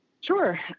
Sure